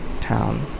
Town